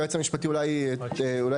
היועץ המשפטי אולי ישמח,